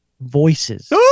voices